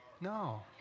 No